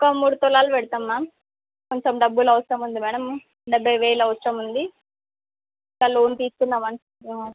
ఒక మూడు తులాలు పెడతాము మ్యామ్ కొంచెం డబ్బులు అవసరం ఉంది మ్యాడమ్ డెబ్భై వేలు అవసరం ఉంది లోన్ తీసుకుందామని